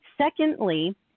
Secondly